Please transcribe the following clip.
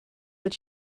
that